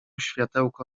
światełko